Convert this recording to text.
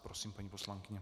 Prosím, paní poslankyně.